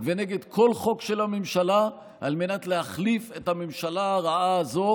ונגד כל חוק של הממשלה על מנת להחליף את הממשלה הרעה הזו,